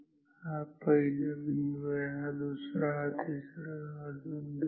हा पहिला बिंदू आहे हा दुसरा हा तिसरा अजून दुसरा